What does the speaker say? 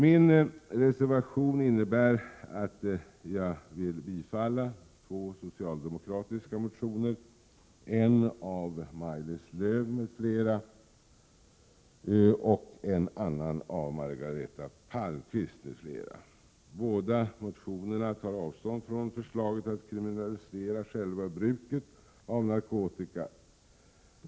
Min reservation innebär att jag vill tillstyrka två socialdemokratiska motioner, en av Maj-Lis Lööw m.fl. och en annan av Margareta Palmqvist m.fl. Båda motionerna tar avstånd från förslaget att kriminalisera själva bruket av narkotika.